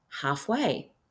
halfway